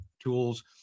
tools